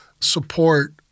support